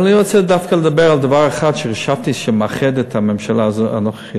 אבל אני רוצה דווקא לדבר על דבר אחד שחשבתי שמאחד את הממשלה הנוכחית,